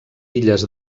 illes